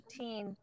18